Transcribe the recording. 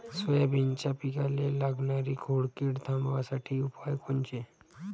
सोयाबीनच्या पिकाले लागनारी खोड किड थांबवासाठी उपाय कोनचे?